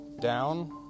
down